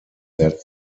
that